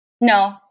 No